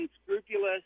unscrupulous